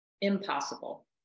impossible